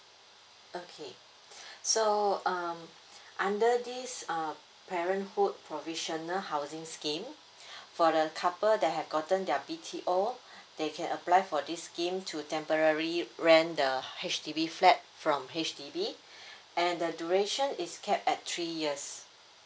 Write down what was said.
okay so um under this uh parenthood provisional housing scheme for the couple that have gotten their B_T_O they can apply for this scheme to temporary rent the H_D_B flat from H_D_B and their duration is capped at three years